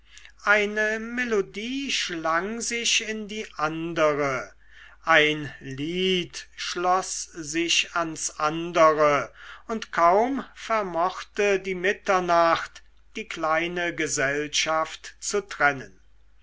eine melodie schlang sich in die andere ein lied schloß sich ans andere und kaum vermochte die mitternacht die kleine gesellschaft zu trennen